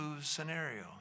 scenario